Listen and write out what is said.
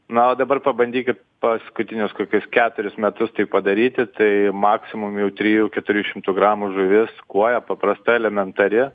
na o dabar pabandykit paskutinius kokius keturis metus tai padaryti tai maksimum jau trijų keturių šimtų gramų žuvis kuoja paprasta elementari